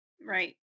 right